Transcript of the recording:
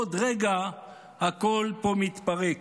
עוד רגע הכול פה מתפרק.